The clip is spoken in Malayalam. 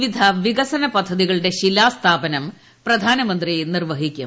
വിവിധ വികസന പദ്ധതികളുടെ ശിലാസ്ഥാപനം പ്രധാനമന്ത്രി നിർവ്വഹി ക്കും